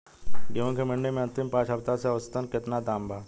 गेंहू के मंडी मे अंतिम पाँच हफ्ता से औसतन केतना दाम बा?